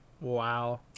Wow